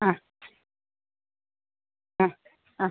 ആ ആ ആ